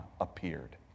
appeared